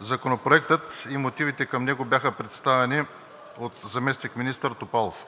Законопроектът и мотивите към него бяха представени от заместник-министър Топалов.